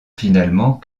finalement